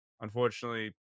unfortunately